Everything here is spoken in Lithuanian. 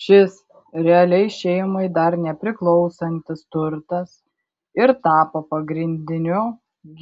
šis realiai šeimai dar nepriklausantis turtas ir tapo pagrindiniu